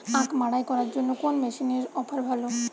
আখ মাড়াই করার জন্য কোন মেশিনের অফার ভালো?